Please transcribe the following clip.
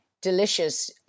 delicious